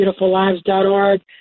beautifullives.org